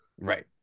Right